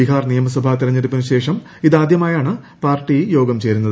ബീഹാർ നിയമസഭാ തെരഞ്ഞെടുപ്പിന് ശേഷം ഇതാദ്യമായാണ് പാർട്ടി യോഗം ചേരുന്നത്